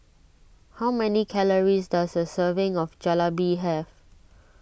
how many calories does a serving of Jalebi have